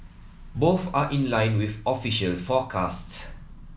both are in line with official forecasts